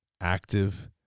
active